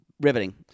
Riveting